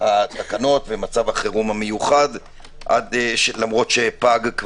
התקנות ומצב החירום המיוחד למרות שפגה כבר.